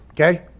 okay